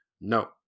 No